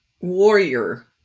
warrior